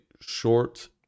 short